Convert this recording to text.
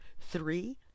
Three